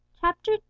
Chapter